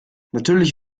natürlich